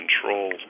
control